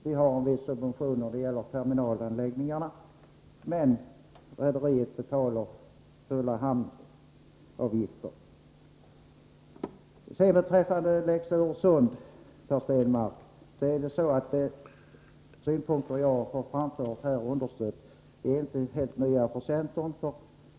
Vi har en viss subvention när det gäller terminalanläggningarna, men rederiet betalar fulla hamnavgifter. Sedan beträffande lex Öresund, Per Stenmarck, är de synpunkter som jag framförde inte helt nya för centern.